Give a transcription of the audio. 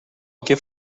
gift